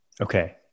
Okay